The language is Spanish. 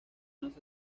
aunque